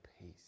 peace